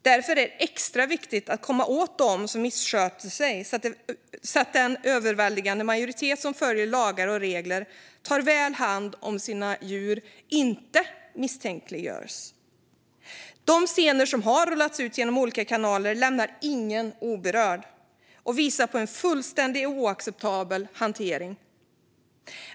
Därför är det extra viktigt att komma åt dem som missköter sig, så att den överväldigande majoritet som följer lagar och regler och tar väl hand om sina djur inte misstänkliggörs. De scener som har rullats ut genom olika kanaler lämnar ingen oberörd och visar på en fullständigt oacceptabel hantering.